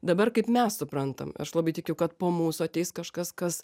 dabar kaip mes suprantam aš labai tikiu kad po mūsų ateis kažkas kas